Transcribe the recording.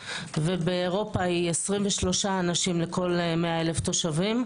ובאירופה היא 23 אנשים לכל 100,000 תושבים.